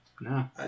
No